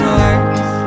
lights